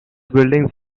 buildings